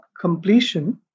completion